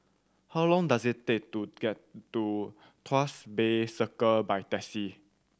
how long does it take to get to Tuas Bay Circle by taxi